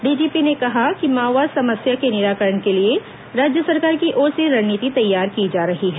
डीजीर्पी ने कहा कि माओवाद समस्या के निराकरण के लिए राज्य सरकार की ओर से रणनीति तैयार की जा रही है